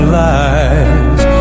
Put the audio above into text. lies